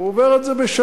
הוא עובר את זה בשלום.